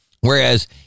Whereas